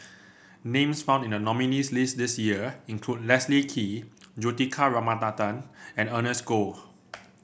names found in the nominees' list this year include Leslie Kee Juthika Ramanathan and Ernest Goh